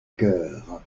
cœur